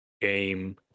Game